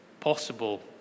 Possible